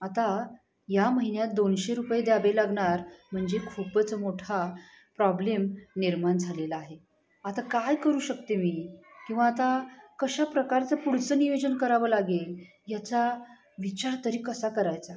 आता या महिन्यात दोनशे रुपये द्यावे लागणार म्हणजे खूपच मोठा प्रॉब्लेम निर्माण झालेला आहे आता काय करू शकते मी किंवा आता कशा प्रकारचं पुढचं नियोजन करावं लागेल याचा विचार तरी कसा करायचा